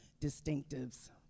distinctives